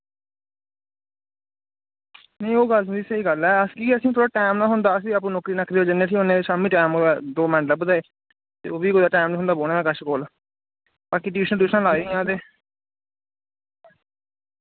नेईं ओह् गल्ल थुआढ़ी स्हेई गल्ल ऐ अस कि असें थोह्ड़ा टैम नि ना थ्होंदा अस बी आप्पू नौकरी नाकरी पर जन्ने उठी होन्ने शाम्मी टैम कुतै दो मैंट लभदे ते ओह् बी कुतै टैम नि थ्होंदा बौह्ने दा कच्छ कोल बाकी टीशन टयूशनां लाई दि'यां ते